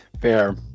Fair